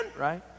Right